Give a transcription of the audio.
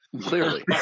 Clearly